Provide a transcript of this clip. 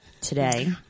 today